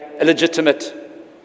illegitimate